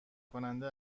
کننده